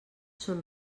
són